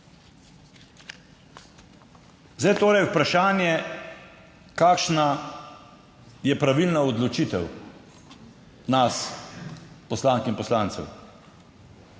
Zdaj je torej vprašanje, kakšna je pravilna odločitev nas poslank in poslancev.